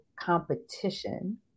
competition